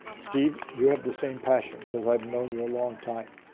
steve, you have the same passion because i've known you a long time.